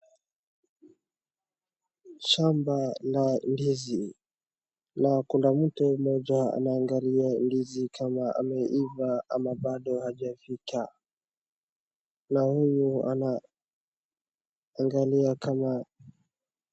Shamba la ndizi, na kuna mtu mmoja anaangia ndizi kama ameiva ama bado hajafika na huyu ana angali kama.